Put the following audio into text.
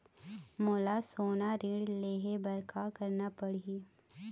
मोला सोना ऋण लहे बर का करना पड़ही?